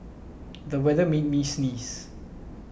the weather made me sneeze